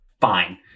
fine